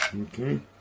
Okay